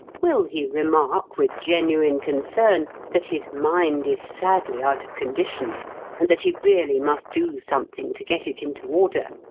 will he remark with genuine concern that his mind is sadly out of condition and that he really must do something to get it into order?